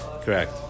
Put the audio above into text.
Correct